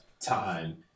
time